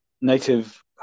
Native